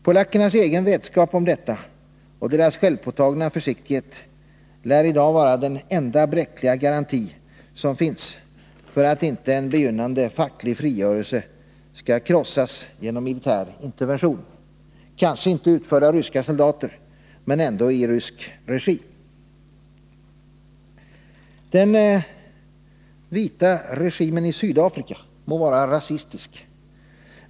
Polackernas egen vetskap om detta och deras självpåtagna försiktighet lär i dag vara den enda, bräckliga garanti som finns för att inte en begynnande facklig frigörelse skall krossas genom militär intervention — kanske inte utförd av ryska soldater men ändå i rysk regi. Den vita regimen i Sydafrika må vara rasistisk.